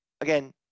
again